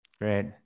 great